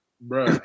bro